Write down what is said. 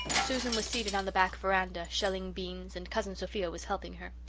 susan was seated on the back veranda, shelling beans, and cousin sophia was helping her.